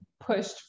pushed